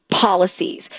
policies